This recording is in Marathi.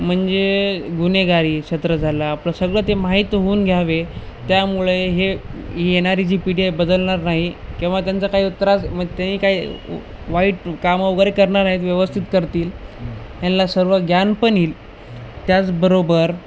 म्हणजे गुन्हेगारी क्षेत्र झाला आपलं सगळं ते माहीत होऊन घ्यावे त्यामुळे हे येणारी जी पिढी बदलणार नाही किंवा त्यांचा काही त्रास मग त्यांनी काही वाईट कामं वगैरे करणार नाही व्यवस्थित करतील ह्यांना सर्व ज्ञान पण येईल त्याचबरोबर